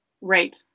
right